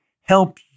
help